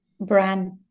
brand